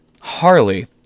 Harley